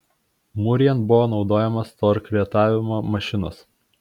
mūrijant buvo naudojamos torkretavimo mašinos